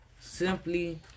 simply